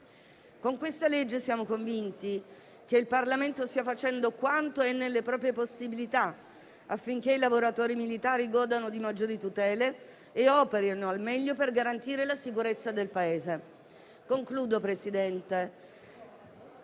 in esame siamo convinti che il Parlamento stia facendo quanto è nelle proprie possibilità, affinché i lavoratori militari godano di maggiori tutele e operino al meglio per garantire la sicurezza del Paese. Signor Presidente,